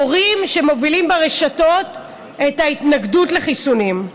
הורים שמובילים ברשתות את ההתנגדות לחיסונים.